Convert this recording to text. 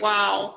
Wow